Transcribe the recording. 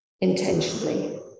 intentionally